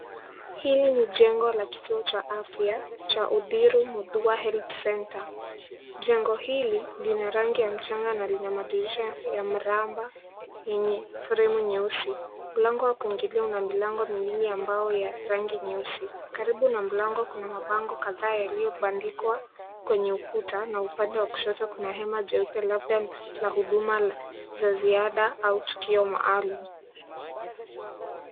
Hili ni jengo la kituo cha afya cha Uthirui Mutua Health Centre. Jengo hili lina rangi ya mchanga na lina madirisha ya mramba enye fremu nyeusi. Mlango wa kuingia ina milango miwili ambao ya rangi nyeusi, karibu na mlango kuna mabango kataa yaliobandikwa kwenye ukuta na upande wa kushoto kuna hema jeupe labda la huduma za ziadha au tukio maalumu.